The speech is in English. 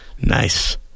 nice